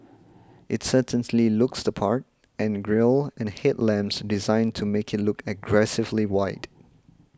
it certainly looks the part and grille and headlamps designed to make it look aggressively wide